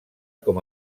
com